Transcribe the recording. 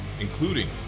including